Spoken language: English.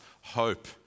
hope